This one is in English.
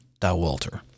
Dowalter